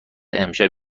امشب